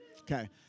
Okay